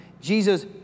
Jesus